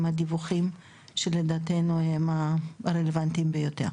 הדיווחים שלדעתנו הם הרלוונטיים ביותר.